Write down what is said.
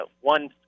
one